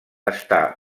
està